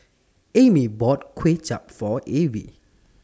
Amy bought Kuay Chap For Avie